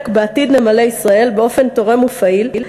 בעתיד נמלי ישראל באופן תורם ופעיל,